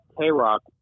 K-Rock